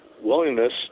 willingness